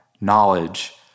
knowledge